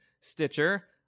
Stitcher